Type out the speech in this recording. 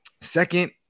Second